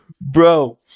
Bro